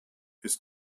ist